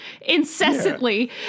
incessantly